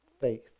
faith